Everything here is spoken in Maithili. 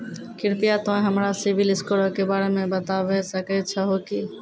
कृपया तोंय हमरा सिविल स्कोरो के बारे मे बताबै सकै छहो कि?